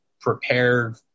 prepared